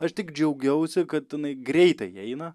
aš tik džiaugiausi kad jinai greitai eina